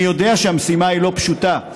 אני יודע שהמשימה היא לא פשוטה,